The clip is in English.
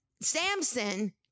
Samson